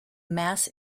mass